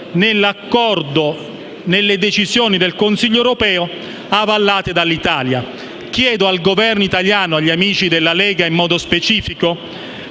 smentito nelle decisioni del Consiglio europeo avallate dall'Italia. Chiedo al Governo italiano e agli amici della Lega in modo specifico,